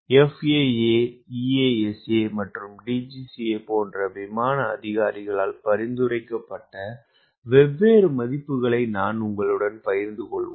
FAA EASA மற்றும் DGCA போன்ற விமான அதிகாரிகளால் பரிந்துரைக்கப்பட்ட வெவ்வேறு மதிப்புகளை நாங்கள் உங்களுடன் பகிர்ந்து கொள்வோம்